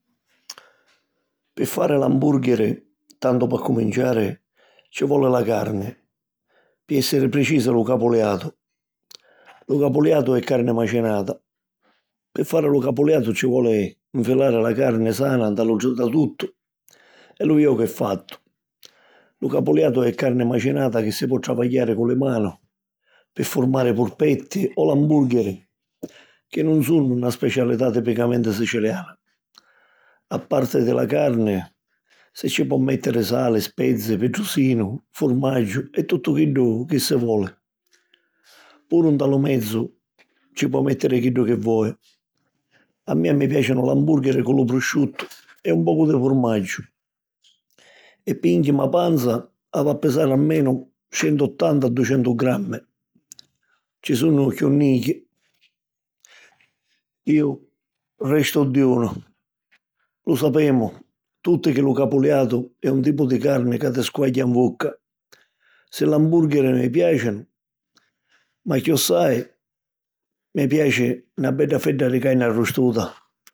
Pi fari l'ambùrghiri, tantu p'accuminciari, ci voli la carni. Pi èssiri precisu: lu capuliatu. Lu capuliatu è carni macinata. Pi fari lu capuliatu, ci voli nfilari la carni sana nta lu tritatuttu e lu jocu è fattu. Lu capuliatu è carni macinata chi si po travagghiari cu li manu pi furmari purpetti o l'ambùrgheri chi nun sunnu na specialità tipicamenti siciliana. A parti di la carni, si ci po mèttiri sali, spezi, pitrusinu, furmaggiu e tuttu chiddu chi si voli. Puru nta lu menzu ci po mèttiri chiddu chi voi. A mia mi piàcinu l'ambùrghiri cu lu prosciuttu e un pocu di furmaggiu. E pi jinchirmi 'a panza, havi a pisari almenu centuttanta, ducentu grammi. Si sunnu chiù nichi, iu restu dijunu. Lu sapemu tutti chi lu capuliatu è un tipu di carni ca ti squagghia 'n vucca. Sì, l'ambùrgheri mi piàcinu; ma chiossai mi piaci na bedda fedda di carni arrustuta!